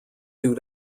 due